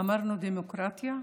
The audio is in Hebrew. אמרנו דמוקרטיה?